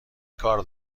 کار